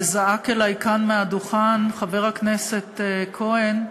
וזעק אלי כאן מהדוכן חבר הכנסת כהן: